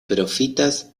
profitas